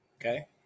okay